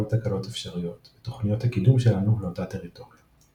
תקלות אפשריות בתוכניות הקידום שלנו לאותו טריטוריה.